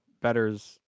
betters